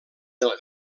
del